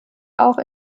auch